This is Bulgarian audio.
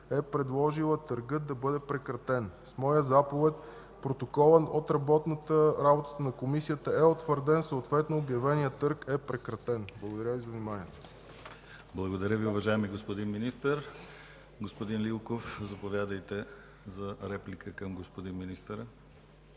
е предложила търгът да бъде прекратен. С моя заповед протоколът от работата на комисията е утвърден и съответно обявеният търг е прекратен. Благодаря. ПРЕДСЕДАТЕЛ ДИМИТЪР ГЛАВЧЕВ: Благодаря, уважаеми господин Министър. Господин Лилков, заповядайте за реплика към господин министъра.